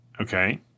Okay